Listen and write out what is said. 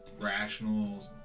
rational